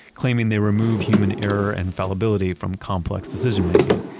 claiming they remove human error and fallibility from complex decision making.